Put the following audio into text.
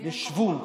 שזה יהיה יום קבוע.